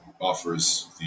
offers